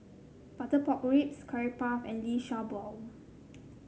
Butter Pork Ribs Curry Puff and Liu Sha Bao